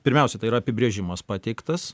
pirmiausia tai yra apibrėžimas pateiktas